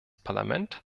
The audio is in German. parlament